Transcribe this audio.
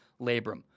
labrum